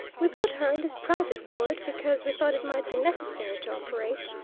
we put her in this private ward, because we thought it might be necessary to operate,